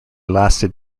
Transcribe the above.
lasted